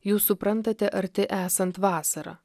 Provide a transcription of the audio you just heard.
jūs suprantate arti esant vasarą